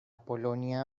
polonia